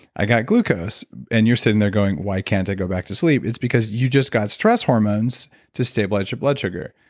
i got glucose and you're sitting there going, why can't i go back to sleep? it's because you just got stress hormones to stabilize your blood sugar.